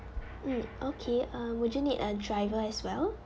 mm okay uh would you need a driver as well